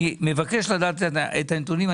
אני מבקש לדעת את הנתונים.